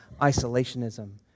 isolationism